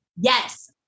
Yes